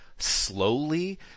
Slowly